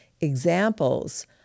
examples